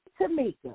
Tamika